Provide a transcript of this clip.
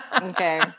Okay